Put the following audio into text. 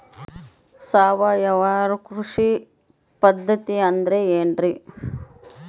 ಸಾವಯವ ಕೃಷಿ ಪದ್ಧತಿ ಅಂದ್ರೆ ಏನ್ರಿ?